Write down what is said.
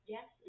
Yes